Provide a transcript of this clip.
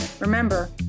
Remember